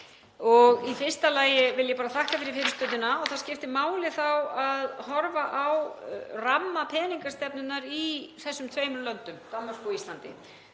Í fyrsta lagi vil ég bara þakka fyrir fyrirspurnina. Það skiptir máli að horfa á ramma peningastefnunnar í þessum tveimur löndum, Danmörku og Íslandi,